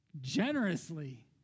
generously